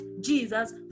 Jesus